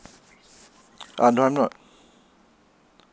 ah no not